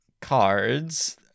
cards